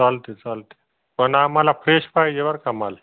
चालते चालते पण आम्हाला फ्रेश पाहिजे बरं का माल